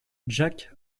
jack